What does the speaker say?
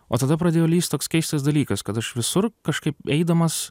o tada pradėjo lįst toks keistas dalykas kad aš visur kažkaip eidamas